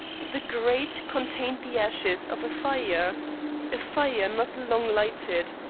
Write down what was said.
the grate contained the ashes of a fire a fire not long lighted.